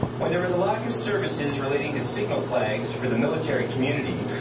when there is a lack of services relating to signal flag for the military community,